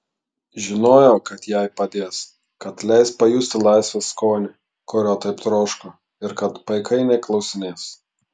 žinojo kad jai padės kad leis pajusti laisvės skonį kurio taip troško ir kad paikai neklausinės